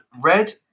red